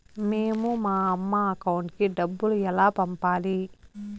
మేము మా అమ్మ అకౌంట్ కి డబ్బులు ఎలా పంపాలి